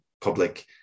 public